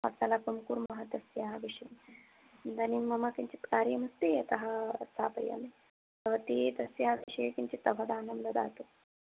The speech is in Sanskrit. वार्तालापं कुर्मः तस्याः विषये इदानीं मम किञ्चिद् कार्यम् अस्ति अतः स्थापयामि भवती तस्याः विषये किञ्चिद् अवधानं ददातु